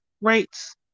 rates